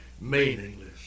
meaningless